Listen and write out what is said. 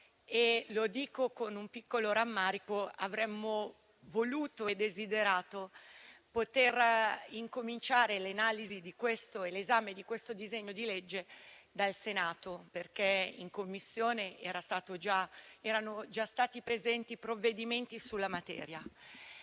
- lo dico con un piccolo rammarico - avremmo voluto e desiderato poter incominciare l'esame di questo disegno di legge dal Senato, perché in Commissione erano già stati presentati provvedimenti sulla materia.